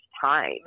time